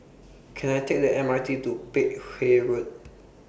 Can I Take The M R T to Peck Hay Road